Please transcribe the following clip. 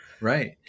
right